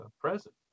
present